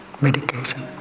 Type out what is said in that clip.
medication